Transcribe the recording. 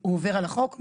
הוא עובר על החוק?